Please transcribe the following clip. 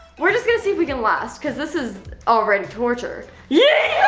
we're just gonna see if we can last cause this is already torture. yeah